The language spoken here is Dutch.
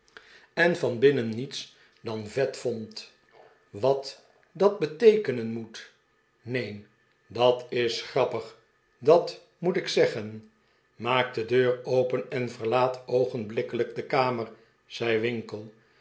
en van binnen niets dan vet vond wat dat beteekenen moet neen dat is grappig dat moet ik zeggen maak de deur open en verlaat oogenblikkelijk de kamer zei winkle